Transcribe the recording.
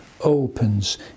opens